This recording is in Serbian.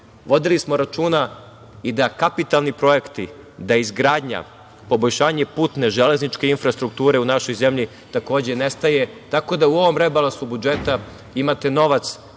vodili smo računa i da kapitalni projekti, da izgradnja, poboljšanje putne, železničke infrastrukture u našoj zemlji takođe nestaje, tako da u ovom rebalansu budžeta imate novac